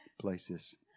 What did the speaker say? places